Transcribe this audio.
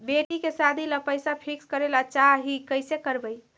बेटि के सादी ल पैसा फिक्स करे ल चाह ही कैसे करबइ?